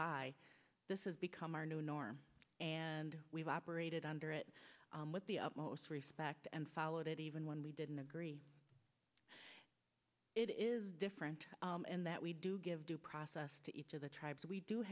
by this has become our new norm and we've operated under it with the upmost respect and followed it even when we didn't agree it is different and that we do give due process to each of the tribes we do